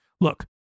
Look